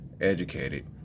educated